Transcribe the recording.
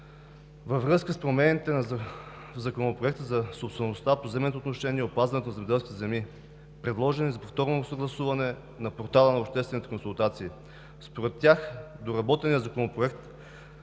във връзка с промените в Законопроекта за собствеността, поземлените отношения и опазването на земеделските земи, предложени за повторно съгласуване на портала на обществените консултации. Според тях доработеният законопроект